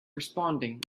responding